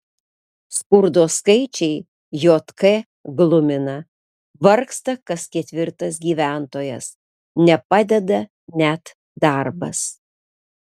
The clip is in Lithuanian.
skurdo skaičiai jk glumina vargsta kas ketvirtas gyventojas nepadeda net darbas